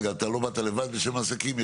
אתה לא באת לבד בשם העסקים,